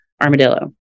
armadillo